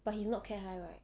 but he's not care high right